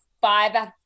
five